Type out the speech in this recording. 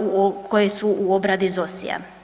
u, koji su u obradi ZOSI-a.